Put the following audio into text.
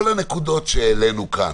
כל הנקודות שהעלינו כאן.